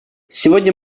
сегодня